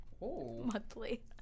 Monthly